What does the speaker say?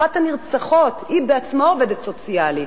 אחת הנרצחות היא בעצמה עובדת סוציאלית,